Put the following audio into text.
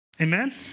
Amen